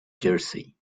jersey